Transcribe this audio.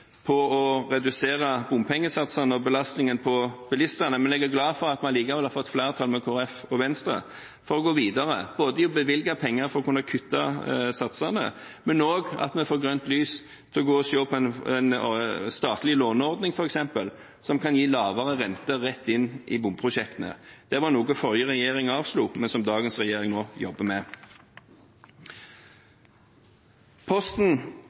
på å redusere bompengesatsene og belastningen på bilistene, men jeg er glad for at man likevel har fått flertall med Kristelig Folkeparti og Venstre for å gå videre med å bevilge penger for å kunne kutte satsene, og at vi får grønt lys til f.eks. å se på en statlig låneordning som kan gi lavere rente rett inn i bomprosjektene. Det var noe forrige regjering avslo, men som dagens regjering nå jobber med. Posten